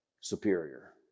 superior